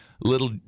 little